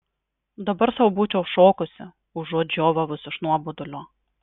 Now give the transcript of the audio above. dabar sau būčiau šokusi užuot žiovavus iš nuobodulio